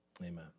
Amen